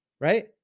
Right